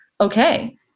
okay